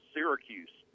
Syracuse